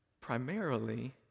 primarily